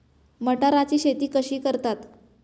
मटाराची शेती कशी करतात?